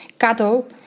cattle